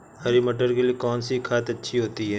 हरी मटर के लिए कौन सी खाद अच्छी होती है?